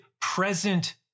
present